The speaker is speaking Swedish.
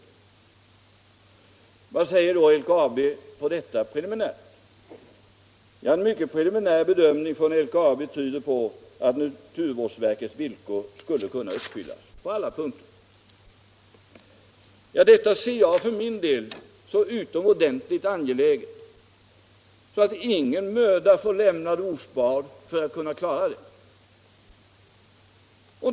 Vad säger då LKAB om detta? En mycket preliminär bedömning från LKAB tyder på att naturvårdsverkets villkor skulle kunna uppfyllas på alla punkter. Detta ser jag för min del som så utomordentligt angeläget att ingen möda får sparas när det gäller att klara det.